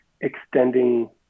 extending